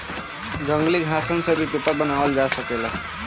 जंगली घासन से भी पेपर बनावल जा सकत बाटे